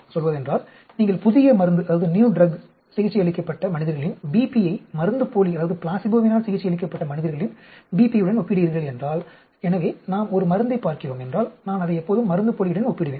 சொல்வதென்றால் நீங்கள் புதிய மருந்தினால் சிகிச்சை அளிக்கப்பட்ட மனிதர்களின் BP யை மருந்துப்போலியினால் சிகிச்சை அளிக்கப்பட்ட மனிதர்களின் BP யுடன் ஒப்பிடுகின்றீர்கள் என்றால் எனவே நாம் ஒரு மருந்தைப் பார்க்கிறோம் என்றால் நான் அதை எப்போதும் மருந்துப்போலியுடன் ஒப்பிடுவேன்